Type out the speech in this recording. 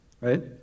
right